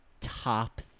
top